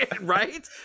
right